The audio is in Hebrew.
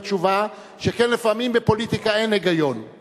אבל יש גם היגיון בתשובה,